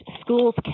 schools